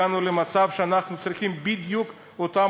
הגענו למצב שאנחנו צריכים בדיוק את אותן